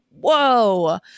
whoa